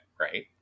right